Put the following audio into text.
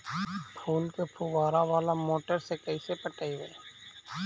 फूल के फुवारा बाला मोटर से कैसे पटइबै?